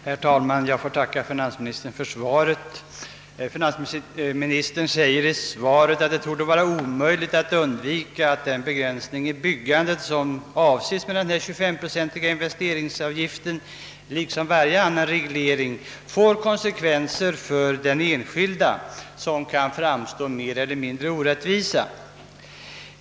Herr talman! Jag ber att få tacka herr finansministern för svaret. Finansministern säger att det torde vara omöjligt att undvika att den begränsning i byggandet, som man avsett att nå med den 25-procentiga investeringsavgiften, liksom varje annan reglering får konsekvenser som för den enskilde kan framstå som mer eller mindre orättvisa.